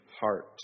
heart